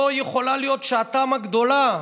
וזו יכולה להיות שעתן הגדולה,